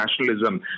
nationalism